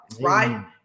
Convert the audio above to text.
right